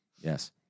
Yes